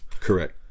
Correct